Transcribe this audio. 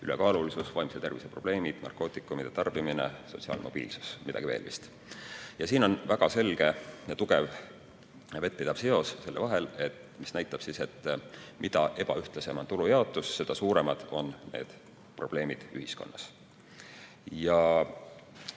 ülekaalulisus, vaimse tervise probleemid, narkootikumide tarbimine, sotsiaalmobiilsus ja midagi vist veel. Siin on väga selge ja tugev vettpidav seos, mis näitab, et mida ebaühtlasem on tulujaotus, seda suuremad on [siin loetletud] probleemid ühiskonnas. Need